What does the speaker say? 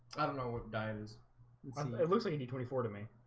i don't know what diet is it looks like and a twenty four to me?